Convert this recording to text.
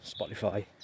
Spotify